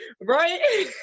right